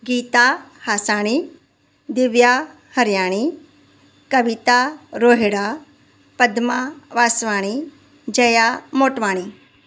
Gita Hasani Divya Hariyani Kavita Rohira Padma Vaswani Jaya Motwani